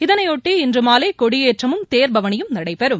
இதனையொட்டி இன்று மாலை கொடியேற்றமும் தோ்பவனியும் நடைபெறும்